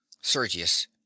Sergius